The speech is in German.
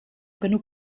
genug